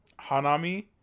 Hanami